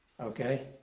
Okay